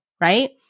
right